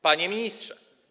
Panie Ministrze!